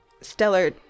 Stellar